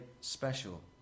special